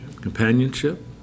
Companionship